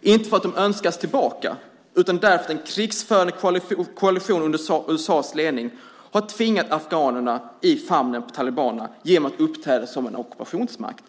Inte för att de önskas tillbaka utan för att en krigförande koalition under USA:s ledning har tvingat afghanerna i famnen på talibanerna genom att uppträda som en ockupationsmakt.